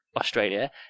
Australia